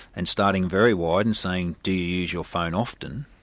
and starting very wide, and saying, do you use your phone often?